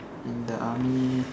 in the army